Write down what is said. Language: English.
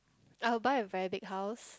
I will buy a very big house